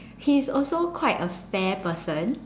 he's also quite a fair person